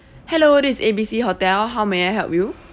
hello this is A B C hotel how may I help you